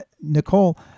Nicole